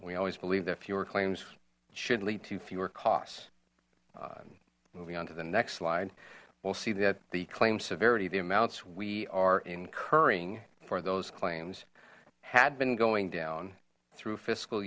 we always believe that fewer claims should lead to fewer costs moving on to the next slide we'll see that the claim severity the amounts we are incurring for those claims had been going down through fiscal